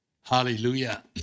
Hallelujah